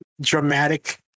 dramatic